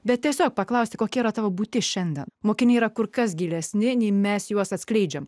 bet tiesiog paklausti kokia yra tavo būtis šiandien mokiniai yra kur kas gilesni nei mes juos atskleidžiame